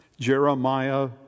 Jeremiah